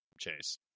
Chase